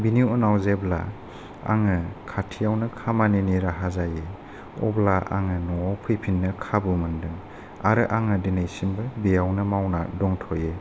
बिनि उनाव जेब्ला आङो खाथिआवनो खामानिनि राहा जायो अब्ला आङो न'वाव फैफिननो खाबु मोन्दों आरो आङो दिनैसिमबो बेयावनो मावनानै दंथ'यो